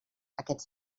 aquests